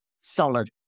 solid